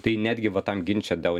tai netgi va tam ginče dėl